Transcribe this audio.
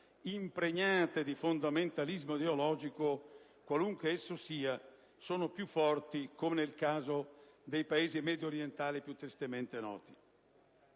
impregnate di fondamentalismo ideologico, qualunque esso sia - sono più forti, come nel caso dei Paesi mediorientali più tristemente noti.